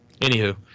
Anywho